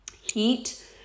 heat